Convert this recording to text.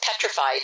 petrified